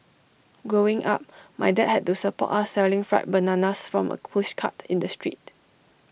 growing up my dad had to support us selling fried bananas from A pushcart in the street